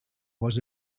was